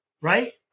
right